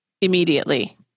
immediately